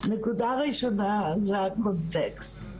נקודה ראשונה זה הקונטסט,